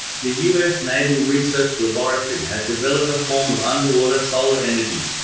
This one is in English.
the us naval research laboratory has developed a form of underwater solar energy.